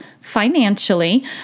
financially